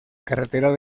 carretera